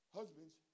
husbands